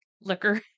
liquor